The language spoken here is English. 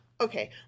Okay